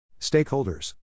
Stakeholders